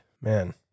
man